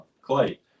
Clay